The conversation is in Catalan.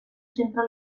centre